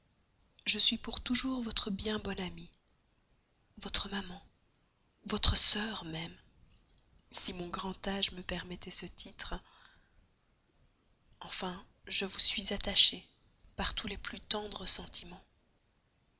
je suis pour toujours votre bien bonne amie votre maman votre sœur même si mon grand âge me permettait ce titre enfin je vous suis attachée par tous les plus tendres sentiments